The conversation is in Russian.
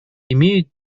имеют